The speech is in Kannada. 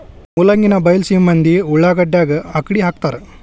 ಮೂಲಂಗಿನಾ ಬೈಲಸೇಮಿ ಮಂದಿ ಉಳಾಗಡ್ಯಾಗ ಅಕ್ಡಿಹಾಕತಾರ